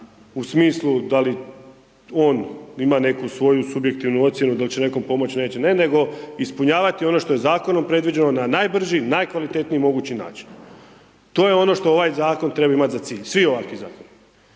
u smislu da li on ima neku svoju subjektivnu ocjenu, dal će nekom pomoć, neće ne, nego ispunjavati ono što je zakonom predviđeno, na najbrži, najkvalitetniji mogući način. To je ono što ovaj zakon treba imat za cilj, svi ovakvi zakoni.